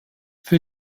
für